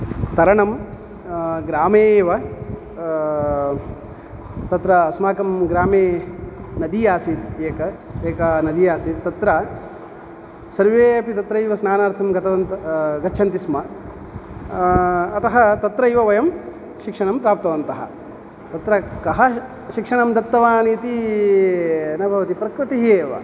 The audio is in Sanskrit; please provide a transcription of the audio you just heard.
तरणं ग्रामे एव तत्र अस्माकं ग्रामे नदी आसीत् एका एका नदी आसीत् तत्र सर्वे अपि तत्रैव स्नानार्थं गतवन्तः गच्छन्ति स्म अतः तत्रैव वयं शिक्षणं प्राप्तवन्तः तत्र कः शिक्षणं दत्तवान् इति न भवति प्रकृतिः एव